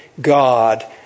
God